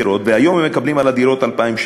והיום הם מקבלים על הדירות 2,000 שקל.